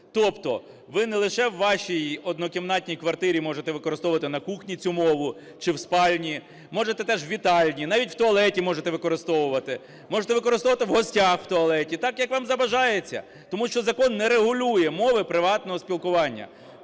Тобто ви не лише у вашій однокімнатній квартирі, можете використовувати на кухні цю мову чи в спальні, можете теж у вітальні, навіть в туалеті можете використовувати, можете використовувати в гостях в туалеті – так, як вам забажається. Тому що закон не регулює мови приватного спілкування.